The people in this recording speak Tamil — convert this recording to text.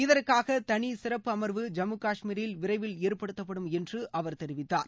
இதற்காக தனியே சிறப்பு அமர்வு ஜம்மு கஷ்மீரில் விரைவில் ஏற்படுத்தப்படும் என்று அவர் தெரிவித்தார்